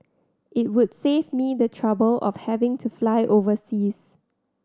it would save me the trouble of having to fly overseas